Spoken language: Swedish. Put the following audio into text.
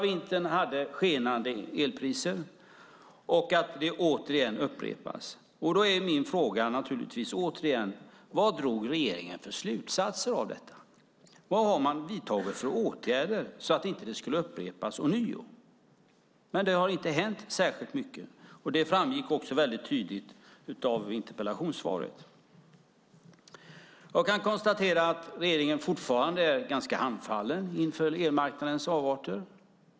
Vi hade skenande elpriser förra vintern, och det upprepas återigen. Då är min fråga: Vad drog regeringen för slutsatser av detta? Vilka åtgärder har man vidtagit för att det inte ska upprepas? Det har inte hänt särskilt mycket, och det framgick också väldigt tydligt av interpellationssvaret. Jag kan konstatera att regeringen fortfarande är ganska handfallen inför elmarknadens avarter.